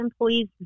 employees